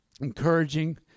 encouraging